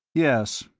yes.